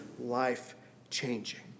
life-changing